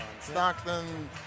Stockton